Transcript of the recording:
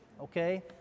okay